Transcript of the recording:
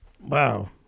Wow